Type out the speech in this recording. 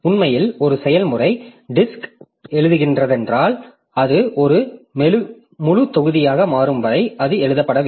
உண்மையில் ஒரு செயல்முறை டிஸ்க்ல் எழுதுகிறதென்றால் அது ஒரு முழுத் தொகுதியாக மாறும் வரை அது எழுதப்படவில்லை